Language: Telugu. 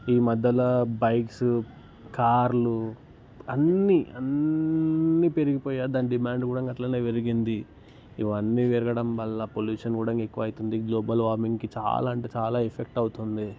ఈ మధ్యల బైక్సు కార్లు అన్ని అన్నీ పెరిగిపోయినాయి దాని డిమాండ్ కూడా అట్లనే పెరిగింది ఇవన్నీపెరగడం వలన పొల్యూసన్ కూడా ఎక్కువ అయితుంది గ్లోబల్ వార్మింగ్కి చాలా అంటే చాలా ఎఫెక్ట్ అవుతుంది